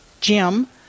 Jim